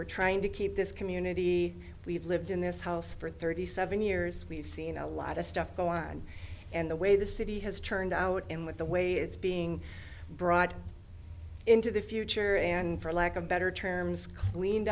we're trying to keep this community we've lived in this house for thirty seven years we've seen a lot of stuff go on and the way the city has turned out and with the way it's being brought into the future and for lack of better terms cleaned